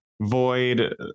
void